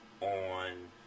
on